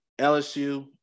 LSU